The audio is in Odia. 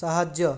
ସାହାଯ୍ୟ